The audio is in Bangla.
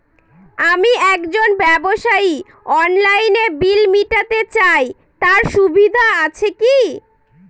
আমি একজন ব্যবসায়ী অনলাইনে বিল মিটাতে চাই তার সুবিধা আছে কি?